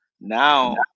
Now